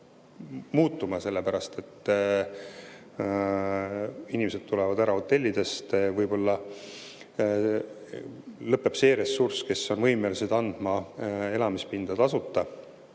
muutuma, sellepärast et inimesed tulevad ära hotellidest, võib-olla lõpeb see ressurss, kes on võimelised andma elamispinda tasuta,